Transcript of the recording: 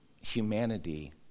humanity